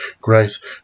grace